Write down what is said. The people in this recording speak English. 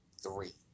three